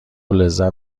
لذت